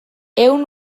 ehun